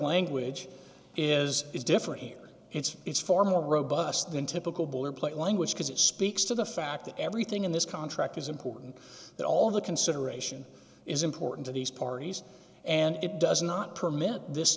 language is is different here it's it's far more robust than typical boilerplate language because it speaks to the fact that everything in this contract is important that all the consideration is important to these parties and it does not permit this